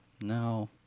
No